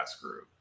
group